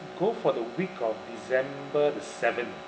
go for the week of december the seventh